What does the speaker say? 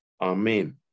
Amen